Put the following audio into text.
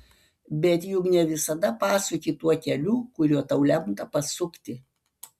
bet juk ne visada pasuki tuo keliu kuriuo tau lemta pasukti